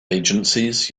agencies